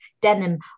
denim